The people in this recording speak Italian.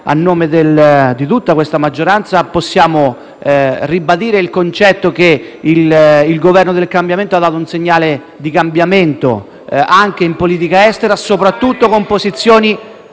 a nome di tutta la maggioranza e possiamo ribadire il concetto che il Governo del cambiamento ha dato un segnale di cambiamento anche in politica estera e, soprattutto, con posizioni